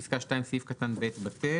מי בעד סעיף 17 כפי שהוקרא ונדון ב-14 בדצמבר?